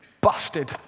Busted